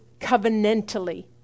covenantally